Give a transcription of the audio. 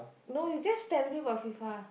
no you just tell me about FIFA